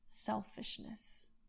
selfishness